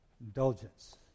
indulgence